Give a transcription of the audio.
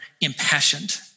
impassioned